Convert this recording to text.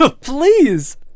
Please